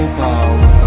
power